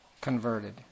converted